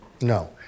No